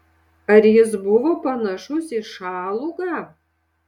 ar jis buvo panašus į šalugą